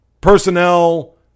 personnel